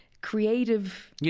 creative